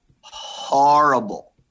horrible